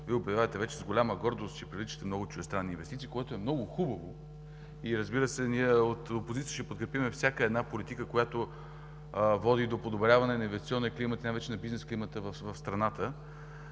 Вие обявявате вече с голяма гордост, че привличате много чуждестранни инвестиции, което е много хубаво и, разбира се, ние от опозицията ще подкрепим всяка една политика, която води до подобряване на инвестиционния климат, най-вече на бизнес климата в страната,